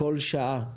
כל שעה.